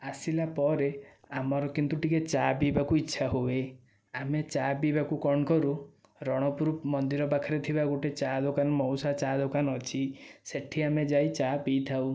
ଆସିଲା ପରେ ଆମର କିନ୍ତୁ ଟିକେ ଚା' ପିଇବାକୁ ଇଚ୍ଛା ହୁଏ ଆମେ ଚା' ପିଇବାକୁ କଣ କରୁ ରଣପୁର ମନ୍ଦିର ପାଖରେ ଥିବା ଗୋଟିଏ ଚା' ଦୋକାନ ମାଉସା ଚା' ଦୋକାନ ଅଛି ସେଇଠି ଆମେ ଯାଇ ଚା' ପିଇଥାଉ